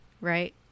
right